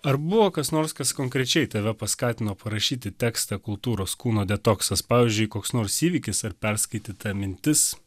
ar buvo kas nors kas konkrečiai tave paskatino parašyti tekstą kultūros kūno detoksas pavyzdžiui koks nors įvykis ar perskaityta mintis